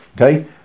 Okay